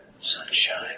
sunshine